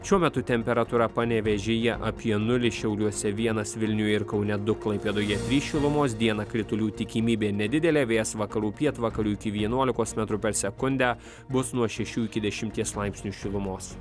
šiuo metu temperatūra panevėžyje apie nulį šiauliuose vienas vilniuj ir kaune du klaipėdoje trys šilumos dieną kritulių tikimybė nedidelė vėjas vakarų pietvakarių iki vienuolikos metrų per sekundę bus nuo šešių iki dešimties laipsnių šilumos